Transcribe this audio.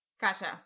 Gotcha